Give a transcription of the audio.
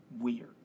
weird